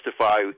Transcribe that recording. justify